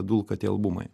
dulka tie albumai